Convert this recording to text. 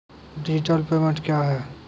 Digital payment क्या हैं?